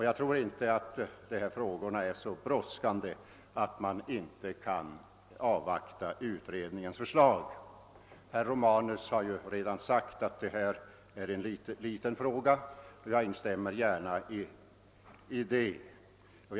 Jag tror inte att denna fråga är så brådskande att vi inte kan avvakta utredningens förslag. Herr Romanus har redan sagt att detta är en liten fråga, och jag instämmer gärna i det.